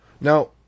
Now